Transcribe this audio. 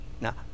Now